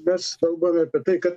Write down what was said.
mes kalbam apie tai kad